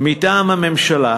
מטעם הממשלה,